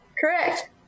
Correct